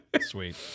Sweet